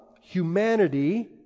humanity